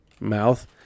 mouth